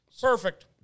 Perfect